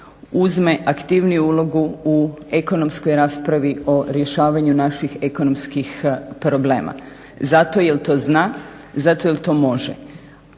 uzme aktivniju ulogu u ekonomskoj raspravi o rješavanju naših ekonomskih problema, zato jer to zna, zato jer to može,